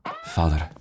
Father